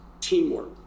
teamwork